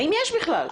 האם יש בכלל?